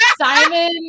Simon